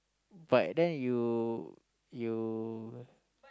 but then you you